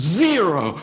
zero